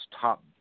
top